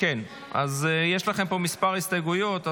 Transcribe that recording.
יש לכם כמה הסתייגויות,